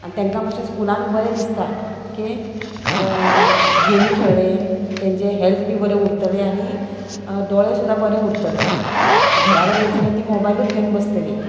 आनी तांकां मातशें स्कुलान बरें दिसता की गेमी खेळ्ळे तेंचे हेल्थ बी बरें उरतलें आनी दोळे सुद्दां बरें उरतले घरा कडेन येयत जाल्यार ती मोबायलूत घेवन बसतली